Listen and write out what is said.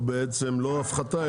או בעצם לא הפחתה,